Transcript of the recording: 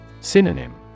Synonym